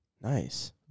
Nice